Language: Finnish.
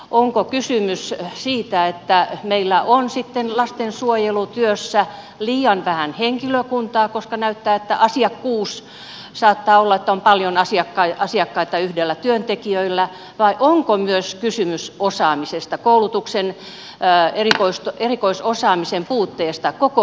onko kysymys siitä että meillä on lastensuojelutyössä liian vähän henkilökuntaa koska näyttää että saattaa olla paljon asiakkaita yhdellä työntekijällä vai onko myös kysymys osaamisesta koulutuksen erikoisosaamisen puutteesta koko lastensuojelutyössä